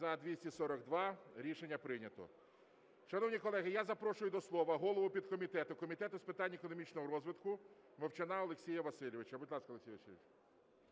За-242 Рішення прийнято. Шановні колеги, я запрошую до слова голову підкомітету Комітету з питань економічного розвитку Мовчана Олексія Васильовича. Будь ласка, Олексій Васильович.